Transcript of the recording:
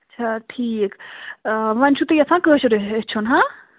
اَچھا ٹھیٖک ونۍ چھُو تُہۍ یژھان کٲشر ہیٚوچھُن